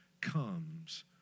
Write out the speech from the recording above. comes